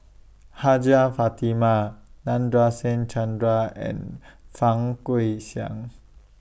Hajjah Fatimah Nadasen Chandra and Fang Guixiang